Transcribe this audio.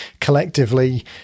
collectively